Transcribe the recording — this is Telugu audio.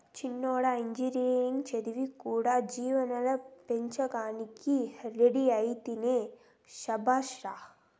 చిన్నోడా ఇంజనీరింగ్ చదివి కూడా జీవాల పెంపకానికి రెడీ అయితివే శభాష్ రా